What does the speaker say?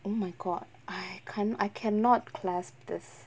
oh my god I can't I cannot clasp this